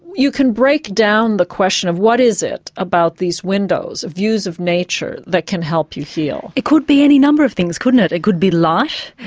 you can break down the question of what is it about these windows the views of nature that can help you heal. it could be any number of things couldn't it? it could be light,